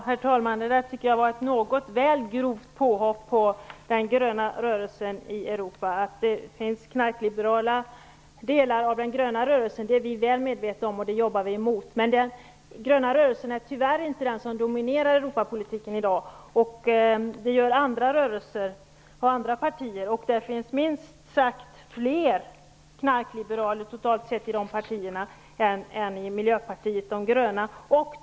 Herr talman! Det där tycker jag var ett väl grovt påhopp på den gröna rörelsen i Europa. Att det finns knarkliberala delar av den gröna rörelsen är vi väl medvetna om, och vi jobbar emot det. Men den gröna rörelsen är tyvärr inte den som dominerar Europapolitiken i dag. Det är det andra rörelser och partier som gör. Det finns, totalt sett, fler knarkliberaler i andra partier än det finns i Miljöpartiet de gröna.